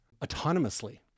autonomously